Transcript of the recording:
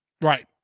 right